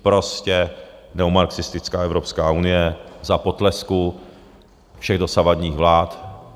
Prostě neomarxistická Evropská unie za potlesku všech dosavadních vlád.